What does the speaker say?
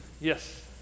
Yes